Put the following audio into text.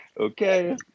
Okay